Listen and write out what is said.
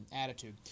attitude